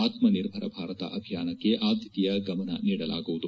ಆತ್ಮನಿರ್ಭರ ಭಾರತ ಅಭಿಯಾನಕ್ಕೆ ಆದ್ಯತೆಯ ಗಮನ ನೀಡಲಾಗುವುದು